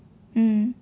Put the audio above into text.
mm